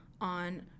on